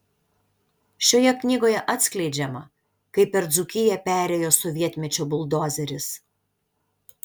šioje knygoje atskleidžiama kaip per dzūkiją perėjo sovietmečio buldozeris